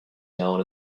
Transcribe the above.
known